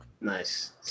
Nice